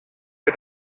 ihr